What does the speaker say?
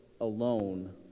alone